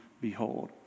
behold